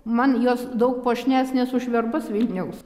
man jos daug puošnesnės už verbas vilniaus